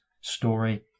story